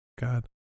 God